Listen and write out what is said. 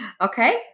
Okay